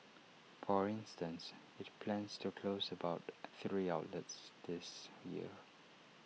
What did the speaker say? for instance IT plans to close about three outlets this year